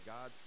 God